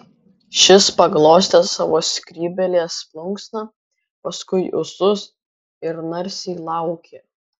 šis paglostė savo skrybėlės plunksną paskui ūsus ir narsiai laukė